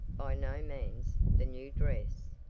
by no means, the new dress.